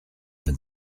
been